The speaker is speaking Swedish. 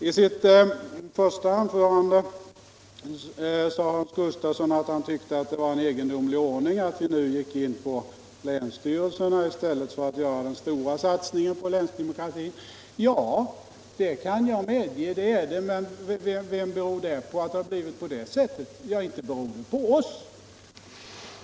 I sitt första anförande sade Hans Gustafsson att han tyckte det var en egendomlig ordning att vi nu tog upp frågan om länsstyrelserna i stället för att göra den stora satsningen på länsdemokratin. Det kan jag medge att det är, men vem beror det på att det har blivit på det sättet? Inte beror det på oss.